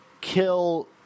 kill